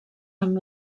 amb